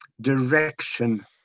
direction